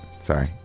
sorry